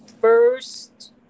first